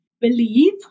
believe